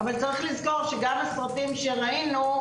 אבל צריך לזכור שגם הסרטים שראינו,